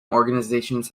organizations